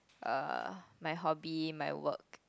uh my hobby my work